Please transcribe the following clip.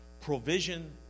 provision